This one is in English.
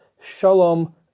shalom